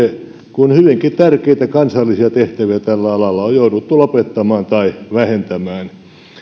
kun hyvinkin tärkeitä kansallisia tehtäviä tällä alalla on jouduttu lopettamaan tai vähentämään